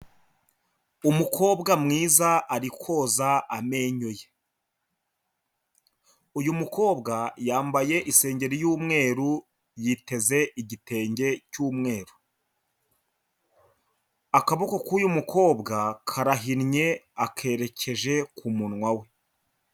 Umukobwa mwiza ari koza amenyo ye, uyu mukobwa yambaye sengeri y'umweru yiteze igitenge cy'umweru, akaboko k'uyu mukobwa karahinnye akerekeje ku munwa we.